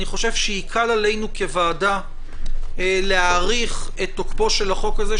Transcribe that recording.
אני חושב שיקל עלינו כוועדה להאריך את תוקפו של החוק הזה,